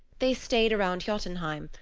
they stayed around jotunheim,